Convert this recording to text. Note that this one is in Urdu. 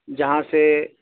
جہاں سے